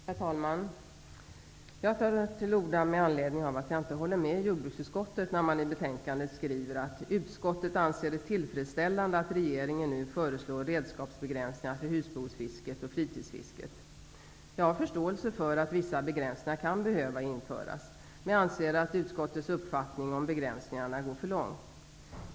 Herr talman! Jag tar till orda med anledning av att jag inte håller med jordbruksutskottet när man i betänkandet skriver att utskottet anser det ''tillfredsställande att regeringen nu föreslår redskapsbegränsningar för husbehovsfisket och fritidsfisket''. Jag har förståelse för att vissa begränsningar kan behöva införas. Men jag anser att utskottets uppfattning om begränsningarna går för långt.